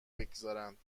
بگذارند